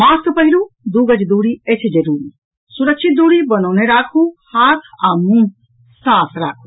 mask पहिरू दू गज दूरी अछि जरूरी सुरक्षित दूरी बनौने राखू हाथ आ मुंह साफ राखू